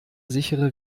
sichere